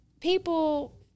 people